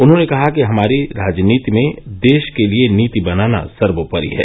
उन्होंने कहा कि हमारी राजनीति में देश के लिए नीति बनाना सर्वोपरि है